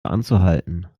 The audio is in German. anzuhalten